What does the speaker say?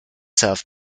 self